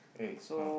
eh ah